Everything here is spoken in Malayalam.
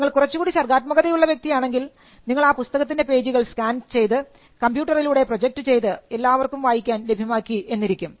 നിങ്ങൾ കുറച്ചുകൂടി സർഗ്ഗാത്മകതയുള്ള വ്യക്തിയാണെങ്കിൽ നിങ്ങൾ ആ പുസ്തകത്തിൻറെ പേജുകൾ സ്കാൻ ചെയ്തു കമ്പ്യൂട്ടറിലൂടെ പ്രൊജക്റ്റ് ചെയ്തു എല്ലാവർക്കും വായിക്കാൻ ലഭ്യമാക്കി എന്നിരിക്കും